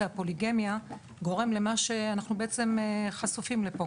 הפוליגמיה גורם למה שאנחנו בעצם חשופים לו פה,